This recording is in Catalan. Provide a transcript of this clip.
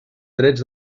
drets